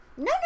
No